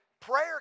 prayer